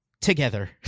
together